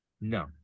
No